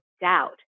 doubt